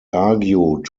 argued